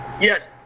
Yes